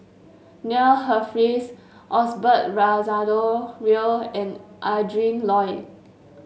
Neil Humphreys Osbert Rozario Real and Adrin Loi